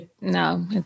no